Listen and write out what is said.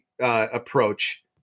approach